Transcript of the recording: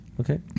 Okay